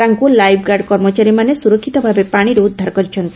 ତାଙ୍କୁ life guard କର୍ମଚାରୀମାନେ ସ୍ବରକ୍ଷିତ ଭାବେ ପାଣିରୁ ଉଦ୍ଧାର କରିଛନ୍ତି